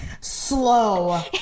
slow